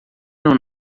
não